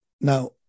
Now